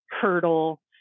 hurdle